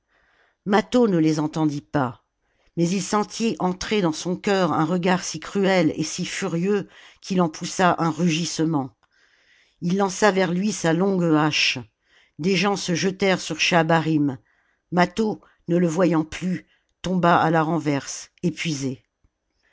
mâtho ne les entendit pas mais il sentit entrer dans son cœur un regard si cruel et si furieux qu'il en poussa un rugissement il lança vers lui sa longue hache des gens se jetèrent sur schahabarim mâtho ne le voyant plus tomba à la renverse épuisé